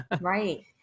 Right